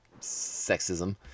sexism